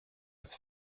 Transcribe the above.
als